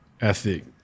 ethic